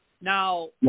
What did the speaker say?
Now